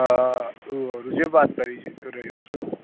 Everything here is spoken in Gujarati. અ તું ઋષભ વાત કરી રહ્યો છું